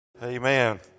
Amen